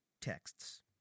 texts